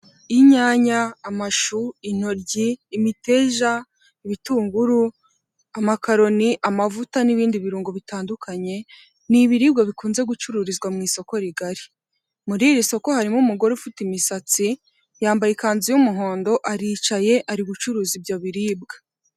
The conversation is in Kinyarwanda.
Inyanya, amashu, intoryi, imiteja, ibitunguru, amakaroni, amavuta, n'ibindi birungo bitandukanye, ni ibiribwa bikunze gucururizwa mu isoko rigari. Muri iri soko harimo umugore ufite imisatsi, yambaye ikanzu y'umuhondo aricaye ari gucuruza ibyo biribwa.